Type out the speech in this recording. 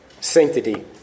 sanctity